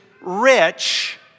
rich